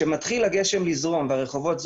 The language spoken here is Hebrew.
כשמתחיל הגשם לזרום ברחובות,